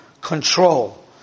control